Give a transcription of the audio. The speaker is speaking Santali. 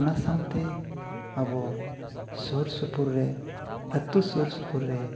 ᱚᱱᱟ ᱥᱟᱶᱛᱮ ᱟᱵᱚ ᱥᱩᱨ ᱥᱩᱯᱩᱨ ᱨᱮ ᱟᱹᱛᱩ ᱥᱩᱨᱼᱥᱩᱯᱩᱨ ᱨᱮ